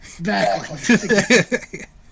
back